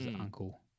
uncle